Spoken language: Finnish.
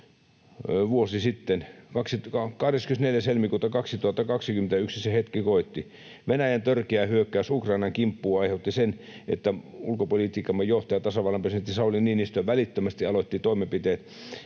Vuosi sitten, 24. helmikuuta 2022, se hetki koitti. Venäjän törkeä hyökkäys Ukrainan kimppuun aiheutti sen, että ulkopolitiikkamme johtaja, tasavallan presidentti Sauli Niinistö, välittömästi aloitti toimenpiteet,